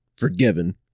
forgiven